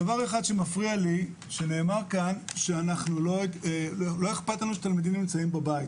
דבר אחד שמפריע לי שנאמר כאן-שאנחנו לא איכפת לנו שתלמידים נמצאים בבית.